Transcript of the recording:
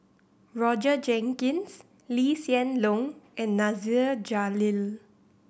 Roger Jenkins Lee Hsien Loong and Nasir Jalil